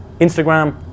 Instagram